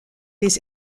des